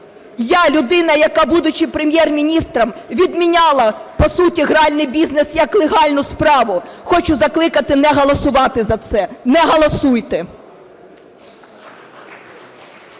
– людина, яка будучі Прем'єр-міністром, відміняла по суті гральний бізнес як легальну справу, хочу закликати не голосувати за це. Не голосуйте!